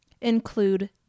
include